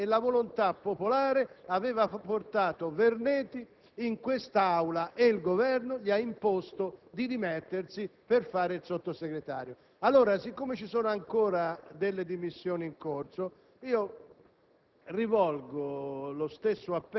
viene eletto per volontà popolare; la volontà popolare aveva portato Vernetti in quest'Aula e il Governo gli ha imposto di dimettersi per fare il Sottosegretario. Pertanto, dal momento che ci sono ancora dimissioni in corso, rivolgo